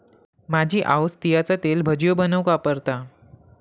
माझी आऊस तिळाचा तेल भजियो बनवूक वापरता